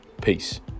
Peace